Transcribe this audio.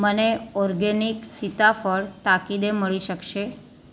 મને ઓર્ગેનિક સીતાફળ તાકીદે મળી શકશે